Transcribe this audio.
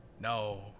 No